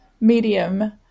medium